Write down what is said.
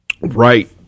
Right